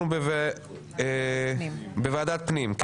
אנחנו בוועדת הפנים: